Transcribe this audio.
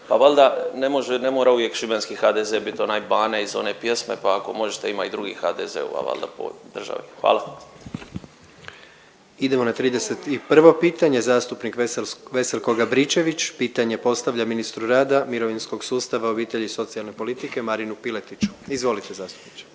ne može, ne mora uvijek šibenski HDZ bit onaj Bane iz one pjesme pa ako možete ima i drugih HDZ-ova valjda po državi. Hvala. **Jandroković, Gordan (HDZ)** Idemo na 31. pitanje zastupnik Veselko Gabričević, pitanje postavlja ministru rada, mirovinskog sustava, obitelji i socijalne politike Marinu Piletiću. Izvolite zastupniče.